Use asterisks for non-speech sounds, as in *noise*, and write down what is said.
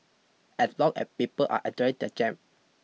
as long as people are *unintelligible* their jam